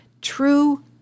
true